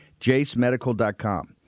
JaceMedical.com